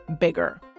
bigger